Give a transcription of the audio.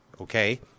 Okay